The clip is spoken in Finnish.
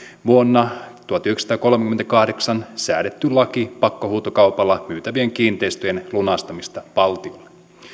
vuonna tuhatyhdeksänsataakolmekymmentäkahdeksan säädetty laki pakkohuutokaupalla myytävien kiinteistöjen lunastamisesta valtiolle